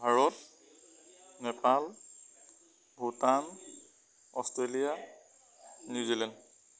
Bharat Nepal Bhutan Australia New Zealand